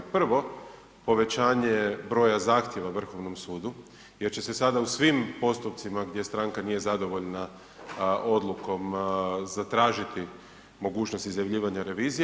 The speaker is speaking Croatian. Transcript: Prvo, povećanje broja zahtjeva Vrhovnom sudu jer će se sada u svim postupcima gdje stranka nije zadovoljna odlukom zatražiti mogućnost izjavljivanja revizija.